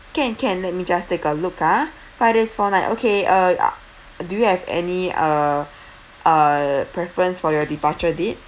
can can let me just take a look ah five days four night okay uh ah do you have any uh uh preference for your departure date